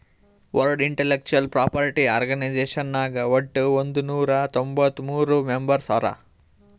world intellectual property organisation ನಾಗ್ ವಟ್ ಒಂದ್ ನೊರಾ ತೊಂಬತ್ತ ಮೂರ್ ಮೆಂಬರ್ಸ್ ಹರಾ